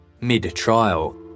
Mid-trial